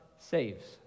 saves